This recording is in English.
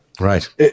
Right